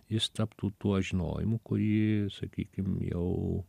jis taptų tuo žinojimu kurį sakykim jau